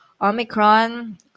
Omicron